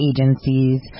agencies